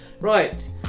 Right